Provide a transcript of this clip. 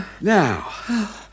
Now